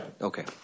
Okay